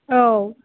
औ